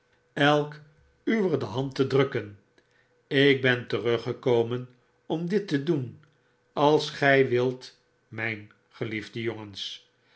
elk uwer de hand te drukken ik ben teruggekomen om dit te doen als gy wilt myn geliefde